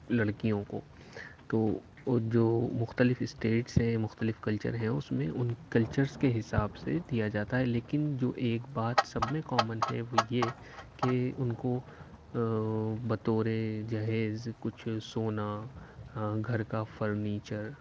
لڑکیوں کو تو جو مختلف اسٹیٹس ہیں مختلف کلچر ہیں اس میں ان کلچرس کے حساب سے دیا جاتا ہے لیکن جو ایک بات سب میں کامن ہے وہ یہ کہ ان کو بطور جہیز کچھ سونا گھر کا فرنیچر